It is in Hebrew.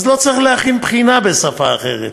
אז לא צריך להכין בחינה בשפה אחרת.